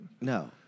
No